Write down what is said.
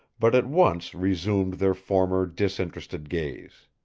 but at once resumed their former disinterested gaze.